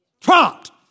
Prompt